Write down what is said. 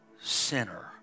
sinner